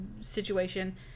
situation